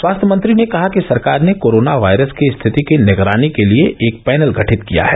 स्वास्थ्य मंत्री ने कहा कि सरकार ने कोरोना वायरस की स्थिति की निगरानी के लिए एक पैनल गठित किया है